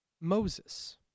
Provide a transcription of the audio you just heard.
Moses